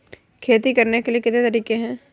खेती करने के कितने तरीके हैं?